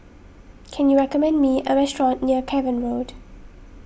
can you recommend me a restaurant near Cavan Road